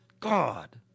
God